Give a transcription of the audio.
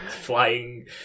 flying